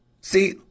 See